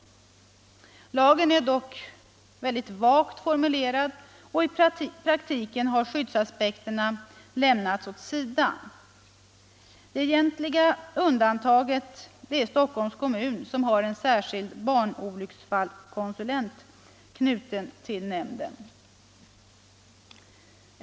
Lagen är dock mycket vagt formulerad, och i praktiken har skyddsaspekterna lämnats åt sidan. Det enda egentliga undantaget är Stockholms kommun, som har en särskild barnolycksfallskonsulent knuten till nämnden.